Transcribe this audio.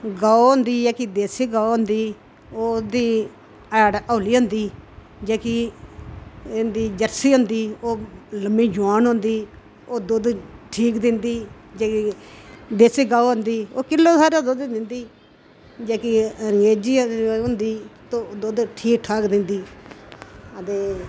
गौऽ होंदी जेह्की देसी गौऽ होंदी ओह्दी हैट हौली होंदी जेह्की एह् होंदी जरसी होंदी ओह् ल'म्मी जवान होंदी ओह् दुद्ध ठीक दिन्दी जेह्ड़ी देसी गौऽ होंदी ओह् किलो हारा दुद्ध दिन्दी जेह्की रंगेजी होंदी ओह् दुद्ध ठीक ठाक दिन्दी ते